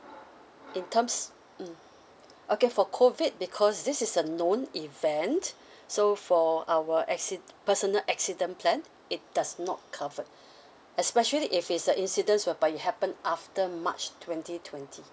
in terms mm okay for COVID because this is a known event so for our accid~ personal accident plan it does not covered especially if is a incidents whereby it happen after march twenty twenty